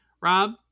Rob